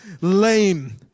lame